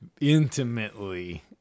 intimately